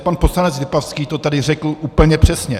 Pan poslanec Lipavský to tady řekl úplně přesně.